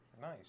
Nice